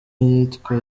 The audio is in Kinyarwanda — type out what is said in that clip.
iyitwa